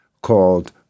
called